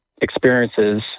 experiences